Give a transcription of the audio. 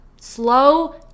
slow